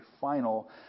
final